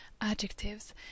adjectives